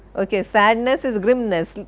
ok, sadness is grimness.